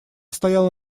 стояла